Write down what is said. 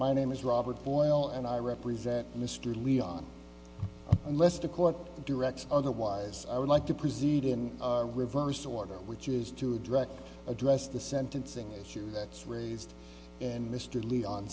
my name is robert boyle and i represent mr leon unless the court directs otherwise i would like to proceed in reverse order which is to direct address the sentencing issue that's raised and mr leon